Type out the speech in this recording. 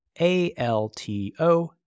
A-L-T-O-